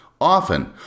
often